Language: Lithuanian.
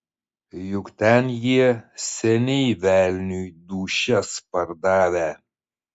juk ten jie seniai velniui dūšias pardavę